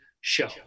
show